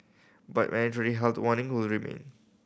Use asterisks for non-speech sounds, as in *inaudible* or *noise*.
but *unintelligible* health warning will remain